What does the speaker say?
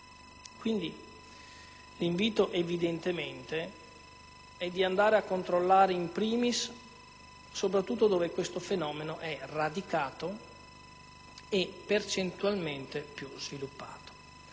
Quindi, l'invito, evidentemente, è di andare a controllare *in primis* soprattutto dove questo fenomeno è radicato e percentualmente più sviluppato.